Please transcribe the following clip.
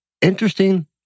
interesting